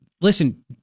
listen